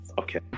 okay